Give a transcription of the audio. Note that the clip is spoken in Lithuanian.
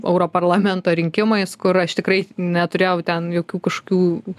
europarlamento rinkimais kur aš tikrai neturėjau ten jokių kažkokių